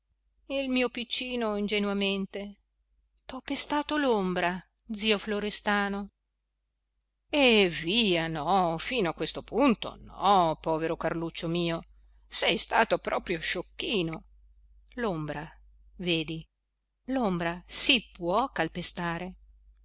il mio piccino ingenuamente t'ho pestato l'ombra zio florestano eh via no fino a questo punto no povero carluccio mio sei stato proprio sciocchino l'ombra vedi l'ombra si può calpestare